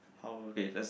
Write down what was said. how old okay that's